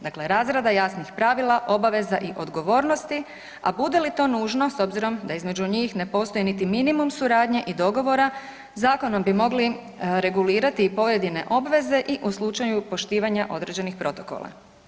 Dakle, razrada jasnih pravila, obaveza i odgovornosti, a bude li to nužno s obzirom da između njih ne postoji niti minimum suradnje i dogovora zakonom bi mogli regulirati i pojedine obveze i u slučaju poštivanja određenih protokola.